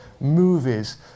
movies